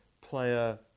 player